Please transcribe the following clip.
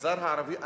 ובמגזר הערבי,